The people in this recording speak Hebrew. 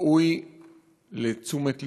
שראוי לתשומת לבנו.